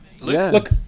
look